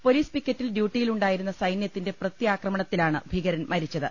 police പിക്കറ്റിൽ ഡ്യൂട്ടിയിലുണ്ടായിരുന്ന സൈന്യത്തിന്റെ പ്രത്യാക്രമണത്തിലാണ് ഭീകരൻ മരിച്ചത്